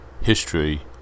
History